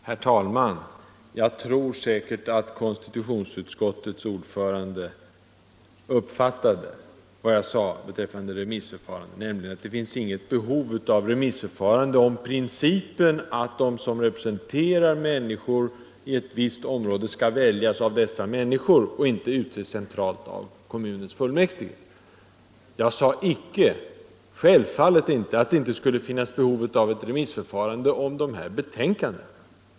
Herr talman! Jag är säker på att konstitutionsutskottets ordförande uppfattade vad jag sade beträffande remissförfarandet, nämligen att det finns inget behov av remissförfarande om principen att de som representerar människor i ett visst område skall väljas av dessa människor och inte utses centralt av kommunens fullmäktige. Jag sade självfallet inte att det inte skulle finnas behov av remissförfarande när det gäller de här betänkandena.